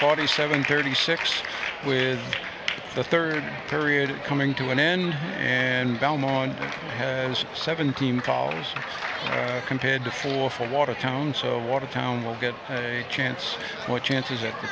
forty seven thirty six with the third period coming to an end and belmont has seventeen collars compared to four for watertown so watertown will get a chance what chance is it the